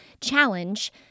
challenge